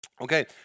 Okay